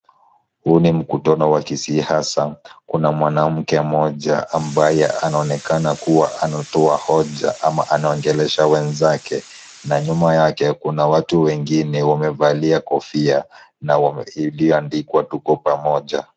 Huu ni mkutano wa kisiasa, kuna mwanamke mmoja ambaye anaonekana kuwa anatoa hoja ama anaongelesha wenzake na nyuma yake kuna watu wengine wamevalia kofia iliyoandikwa tuko pamoja.